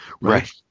Right